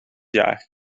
jaar